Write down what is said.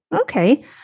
Okay